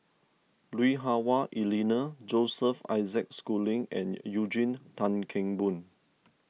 Lui Hah Wah Elena Joseph Isaac Schooling and Eugene Tan Kheng Boon